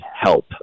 help